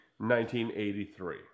1983